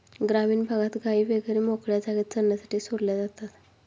ग्रामीण भागात गायी वगैरे मोकळ्या जागेत चरण्यासाठी सोडल्या जातात